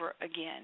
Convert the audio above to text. again